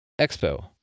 Expo